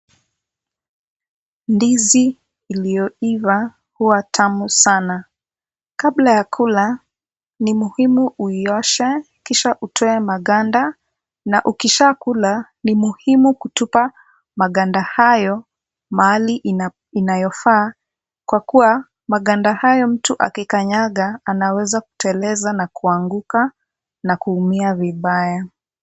Ndizi iliyoiva huwa tamu sana. Kabla ya kula ni muhimu uioshe kisha utoe maganda na ukisha kula ni muhimu kutupa maganda hayo mahali inayofaa kwa kuwa maganda hayo mtu akikanyaga anaweza kuteleza na kuanguka na kuumia vibaya.